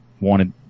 wanted